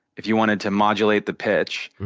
if you wanted to modulate the pitch.